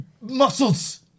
muscles